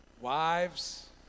Wives